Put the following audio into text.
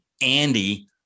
Andy